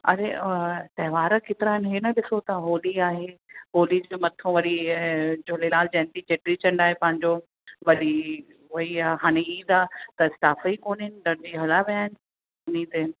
अरे त्यौहार केतिरा आहिनि हे न ॾिसो था होली आहे होली जे मथां वरी झूलेलाल जयंती चेट्री चंड आहे पंहिंजो वरी वरी आहे हाणे ईद आहे त स्टाफ़ ई कोन्हनि दर्जी हलियां विया आहिनि उनते